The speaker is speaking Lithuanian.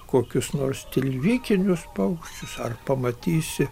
kokius nors tilvikinius paukščius ar pamatysi